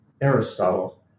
Aristotle